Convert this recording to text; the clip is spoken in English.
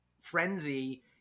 frenzy